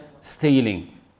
stealing